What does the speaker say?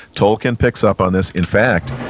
tolkien picks up on this. in fact,